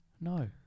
No